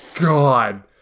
god